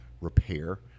repair